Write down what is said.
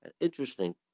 Interesting